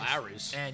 Larry's